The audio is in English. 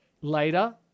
Later